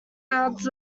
allows